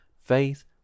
Faith